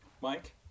Mike